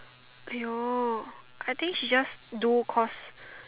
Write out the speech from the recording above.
!aiyo! I think she just do cause